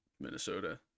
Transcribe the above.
Minnesota